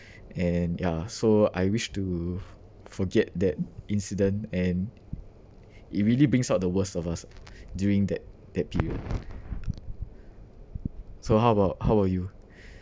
and ya so I wish to forget that incident and it really brings out the worst of us during that that period so how about how about you